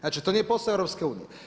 Znači to nije posao EU.